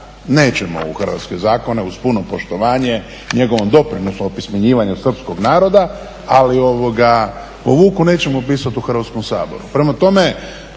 nećemo u hrvatske zakone uz puno poštovanje njegovom doprinosu opismenjivanja srpskog naroda ali po Vuku nećemo pisati u Hrvatskom saboru.